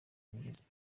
migezi